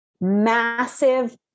massive